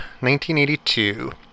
1982